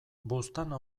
buztana